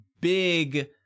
big